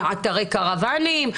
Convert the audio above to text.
אתרי קרוואנים,